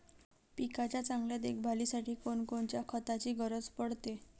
पिकाच्या चांगल्या देखभालीसाठी कोनकोनच्या खताची गरज पडते?